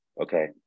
Okay